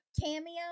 cameo